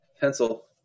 pencil